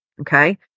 Okay